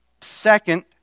second